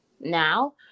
Now